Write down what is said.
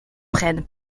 prennent